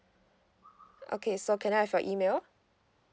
okay so can I have your email